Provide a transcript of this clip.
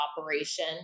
operation